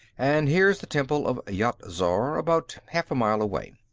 and here's the temple of yat-zar, about half a mile away.